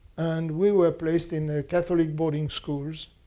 and we were placed in a catholic boarding schools